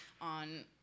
on